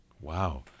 Wow